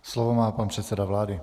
Slovo má pan předseda vlády.